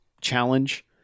challenge